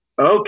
okay